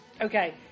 Okay